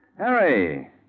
Harry